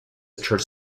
church